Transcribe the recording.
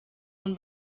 von